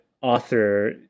author